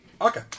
Okay